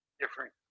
different